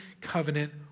covenant